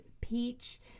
peach